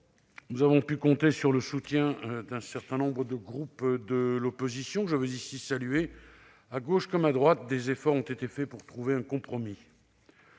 Nous avons aussi pu compter sur le soutien d'un certain nombre de groupes de l'opposition, que je tiens à saluer. À gauche comme à droite, des efforts ont été faits pour trouver un compromis.